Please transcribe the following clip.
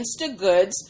InstaGoods